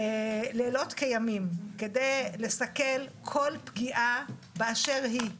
לילות כימים, כדי לסכל כל פגיעה באשר היא.